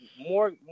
more